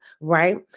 right